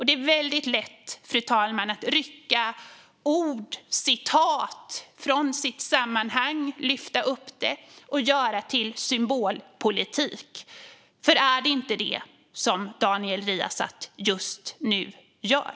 Det är väldigt lätt, fru talman, att rycka ord och citat ur sitt sammanhang och att göra detta till symbolpolitik. Är det inte det som Daniel Riazat just nu gör?